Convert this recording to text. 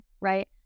right